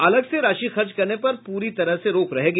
अलग से राशि खर्च करने पर पूरी तरह से रोक रहेगी